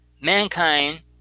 Mankind